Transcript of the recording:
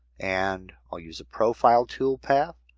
and i'll use a profile toolpath.